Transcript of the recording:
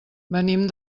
venim